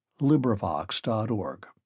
LibriVox.org